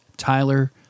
Tyler